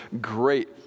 great